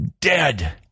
dead